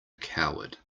coward